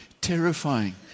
terrifying